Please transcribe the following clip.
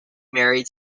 married